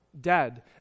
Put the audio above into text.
dead